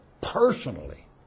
personally